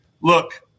look